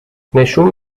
نشون